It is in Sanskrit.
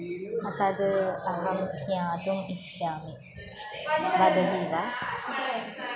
तद् अहं ज्ञातुम् इच्छामि वदति वा